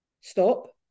Stop